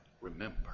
Remember